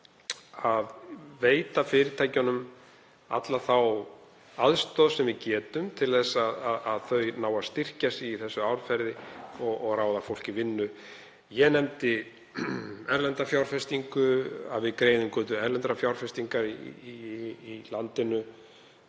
að veita fyrirtækjunum alla þá aðstoð sem við getum til þess að þau nái að styrkja sig í þessu árferði og ráða fólk í vinnu. Ég nefndi erlenda fjárfestingu, að við greiðum götu erlendrar fjárfestingar í landinu.